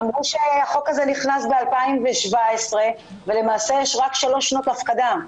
אמרו שהחוק הזה נכנס ב-2017 ולמעשה יש רק שלוש שנות הפקדה.